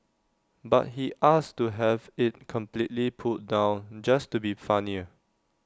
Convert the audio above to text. but he asked to have IT completely pulled down just to be funnier